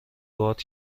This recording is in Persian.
عادت